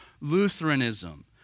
Lutheranism